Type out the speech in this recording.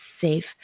safe